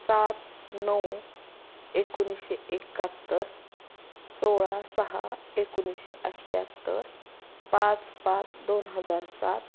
सात नऊ एकोणीसशे एकाहत्तर सोळा सहा एकोणीसशे अठ्ठ्याहत्तर पाच पाच दोन हजार सात